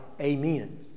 amen